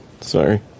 sorry